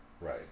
Right